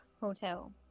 hotel